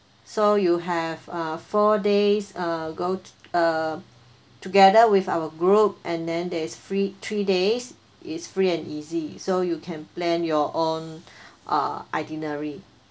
so you have uh four days uh go uh together with our group and then there's free three days is free and easy so you can plan your own uh itinerary